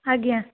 ଆଜ୍ଞା